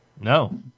No